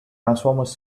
transformers